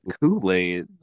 Kool-Aid